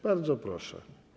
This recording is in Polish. Bardzo proszę.